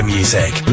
music